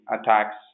attacks